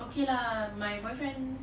okay lah my boyfriend